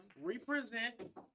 Represent